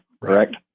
correct